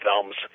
films